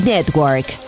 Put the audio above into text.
Network